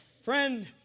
Friend